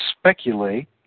speculate